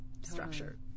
structure